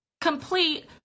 complete